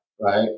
Right